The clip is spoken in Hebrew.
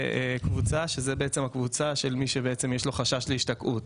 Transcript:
קבוצה של מי שיש לו חשש להשתקעות,